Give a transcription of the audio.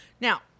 Now